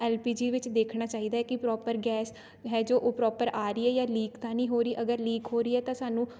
L P G ਵਿੱਚ ਦੇਖਣਾ ਚਾਹੀਦਾ ਕਿ ਪ੍ਰੋਪਰ ਗੈਸ ਹੈ ਜੋ ਉਹ ਪ੍ਰੋਪਰ ਆ ਰਹੀ ਆ ਯਾ ਲੀਕ ਤਾਂ ਨਹੀਂ ਹੋ ਰਹੀ ਅਗਰ ਲੀਕ ਹੋ ਰਹੀ ਹੈ ਤਾਂ ਸਾਨੂੰ